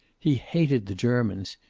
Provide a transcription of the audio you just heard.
he hated the germans.